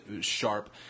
sharp